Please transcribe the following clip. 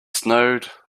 snowed